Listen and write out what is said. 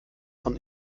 von